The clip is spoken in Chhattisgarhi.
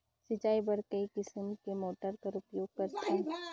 सिंचाई बर कई किसम के मोटर कर उपयोग करथन?